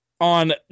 on